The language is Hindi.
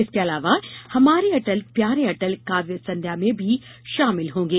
इसके अलावा हमारे अटल प्यारे अटल काव्य संध्या में भी शामिल होंगे